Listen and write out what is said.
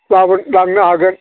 लांनो हागोन